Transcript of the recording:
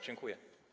Dziękuję.